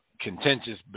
contentious